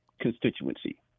constituency